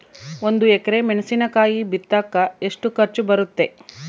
ಒಂದು ಎಕರೆ ಮೆಣಸಿನಕಾಯಿ ಬಿತ್ತಾಕ ಎಷ್ಟು ಖರ್ಚು ಬರುತ್ತೆ?